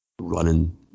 running